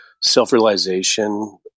self-realization